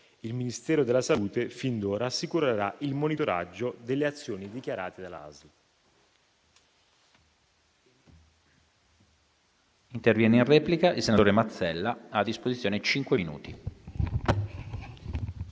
Il Ministero della salute, fin d'ora, assicurerà il monitoraggio delle azioni dichiarate dall'ASL.